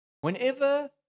Whenever